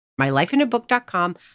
mylifeinabook.com